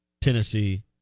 Tennessee